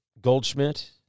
Goldschmidt